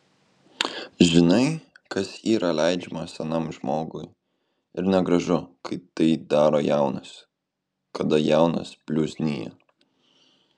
žinai kas yra leidžiama senam žmogui ir negražu kai tai daro jaunas kada jaunas bliuznija